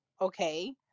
Okay